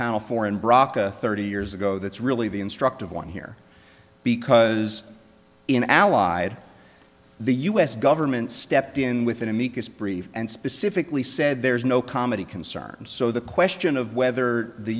brock thirty years ago that's really the instructive one here because in allied the us government stepped in with an amicus brief and specifically said there's no comedy concerned so the question of whether the